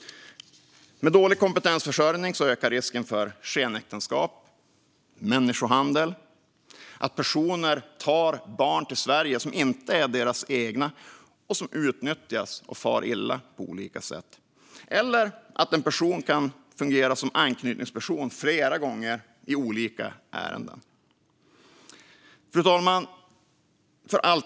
Med dålig kompetensförsörjning ökar risken för skenäktenskap och människohandel. Det ökar också risken för att personer tar barn till Sverige som inte är deras egna och som utnyttjas och far illa på olika sätt eller för att en person kan fungera som anknytningsperson flera gånger i olika ärenden. Fru talman!